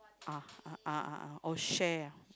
ah ah ah ah ah oh share